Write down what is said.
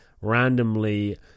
randomly